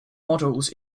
models